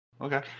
okay